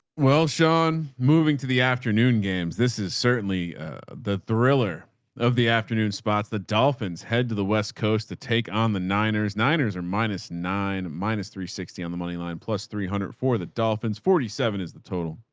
well, sean, moving to the afternoon games. this is certainly the thriller of the afternoon spots. the dolphins head to the west coast to take on the niners. niners are minus nine, minus three sixty on the moneyline plus three hundred for the dolphins. forty seven is the total